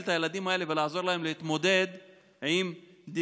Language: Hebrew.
את הילדים האלה ולעזור להם להתמודד עם דיסלקציה.